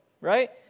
right